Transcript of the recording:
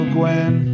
Gwen